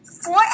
Four